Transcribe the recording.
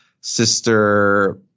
sister